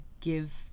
give